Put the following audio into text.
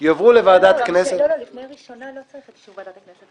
התשע"ט 2018,